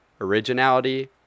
originality